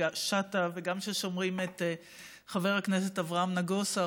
וגם כששומעים את חבר הכנסת אברהם נגוסה,